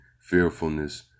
fearfulness